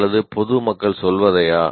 அல்லது பொது மக்கள் சொல்வதையா